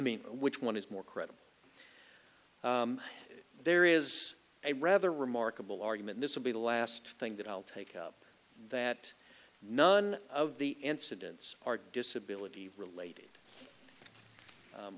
mean which one is more credible there is a rather remarkable argument this will be the last thing that i'll take up that none of the incidents are disability related